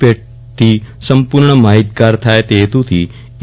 પેટથી સંપૂર્ણપણે માહિતગાર થાય તે હેતુથી ઇ